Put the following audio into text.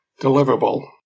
deliverable